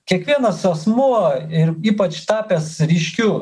kiekvienas asmuo ir ypač tapęs ryškiu